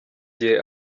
igihe